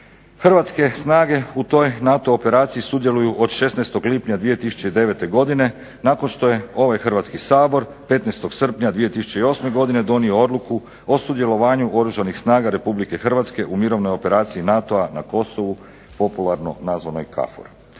hrvatske snage u toj NATO operaciji sudjeluju od 16. lipnja 2009. godine nakon što je ovaj Hrvatski sabor 15. srpnja 2008. godine donio odluku o sudjelovanju Oružanih snaga Republike Hrvatske u mirovnoj operaciji NATO-a na Kosovu popularno nazvanoj KAFOR.